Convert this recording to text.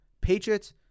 Patriots